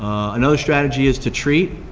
another strategy is to treat,